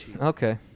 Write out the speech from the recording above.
Okay